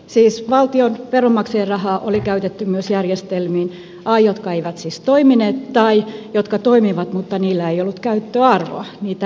siis valtion veronmaksajarahaa oli käytetty myös järjestelmiin jotka eivät toimineet tai jotka toimivat mutta niillä ei ollut käyttöarvoa niitä ei tarvittu